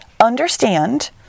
Understand